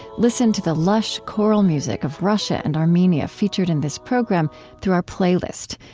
listen to the lush choral music of russia and armenia featured in this program through our playlist,